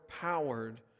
powered